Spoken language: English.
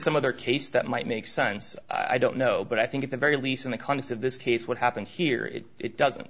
some other case that might make sense i don't know but i think at the very least in the context of this case what happened here it doesn't